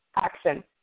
Action